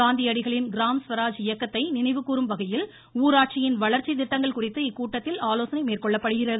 காந்தியடிகளின் கிராம ஸ்வராஜ் இயக்கத்தை நினைவு கூறும் வகையில் ஊராட்சியின் வளர்ச்சி திட்டங்கள் குறித்து இக்கூட்டத்தில் மேற்கொள்ளப்படுகிறது